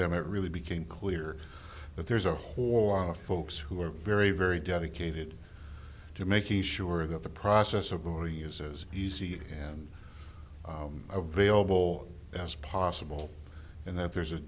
them it really became clear that there's a whole lot of folks who are very very dedicated to making sure that the process of voting is as easy and available as possible and that there's a